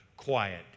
Quiet